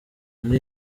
muri